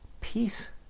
peace